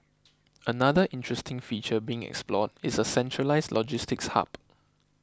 another interesting feature being explored is a centralised logistics hub